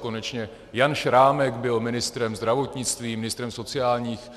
Konečně Jan Šrámek byl ministrem zdravotnictví, ministrem sociálních